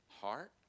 heart